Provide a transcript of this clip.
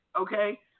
Okay